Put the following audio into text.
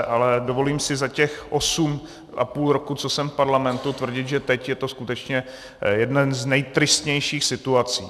Ale dovolím si za těch osm a půl roku, co jsem v parlamentu, tvrdit, že teď je to skutečně jedna z nejtristnějších situací.